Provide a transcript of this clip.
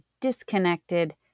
disconnected